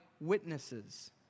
witnesses